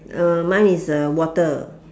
uh mine is uh water